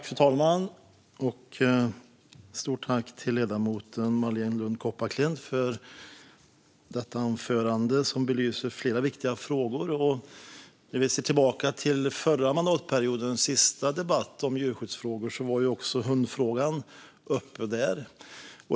Fru talman! Stort tack till ledamoten Marléne Lund Kopparklint för anförandet! Det belyser flera viktiga frågor. Också i förra mandatperiodens sista debatt om djurskyddsfrågor var hundfrågan uppe.